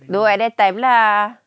no at that time lah